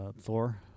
Thor